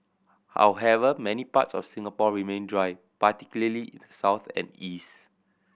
however many parts of Singapore remain dry particularly in the south and east